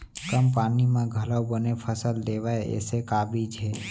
कम पानी मा घलव बने फसल देवय ऐसे का बीज हे?